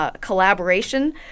collaboration